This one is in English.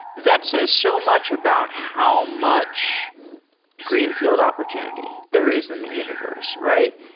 that says so much about how much greenfield opportunity there is in the universe, right?